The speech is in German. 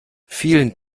vielen